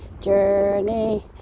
journey